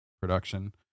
production